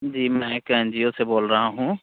जी मैं एक N G O से बोल रहा हूँ